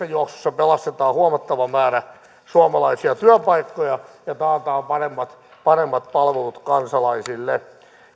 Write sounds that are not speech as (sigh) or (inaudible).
(unintelligible) juoksussa pelastetaan huomattava määrä suomalaisia työpaikkoja ja taataan paremmat paremmat palvelut kansalaisille